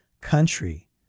country